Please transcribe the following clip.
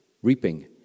reaping